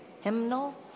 hymnal